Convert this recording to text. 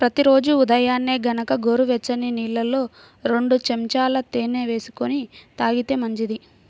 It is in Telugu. ప్రతి రోజూ ఉదయాన్నే గనక గోరువెచ్చని నీళ్ళల్లో రెండు చెంచాల తేనె వేసుకొని తాగితే మంచిది